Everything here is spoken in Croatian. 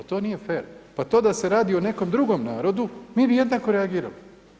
To nije fer, pa to da se radi o nekom drugom narodu, mi bi jednako reagirali.